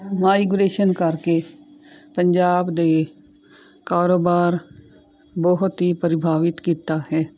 migration ਕਰਕੇ ਪੰਜਾਬ ਦੇ ਕਾਰੋਬਾਰ ਬਹੁਤ ਹੀ ਪ੍ਰਭਾਵਿਤ ਕੀਤਾ ਹੈ